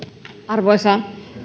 arvoisa